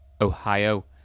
Ohio